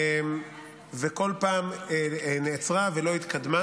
וכל פעם היא נעצרה ולא התקדמה.